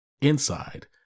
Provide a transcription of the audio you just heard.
inside